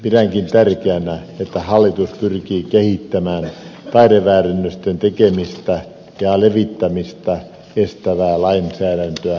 pidänkin tärkeänä että hallitus pyrkii kehittämään taideväärennösten tekemistä ja levittämistä edistävää lainsäädäntötyö